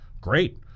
Great